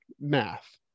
math